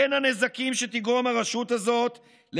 בין הנזקים שתגרום הרשות הזאת,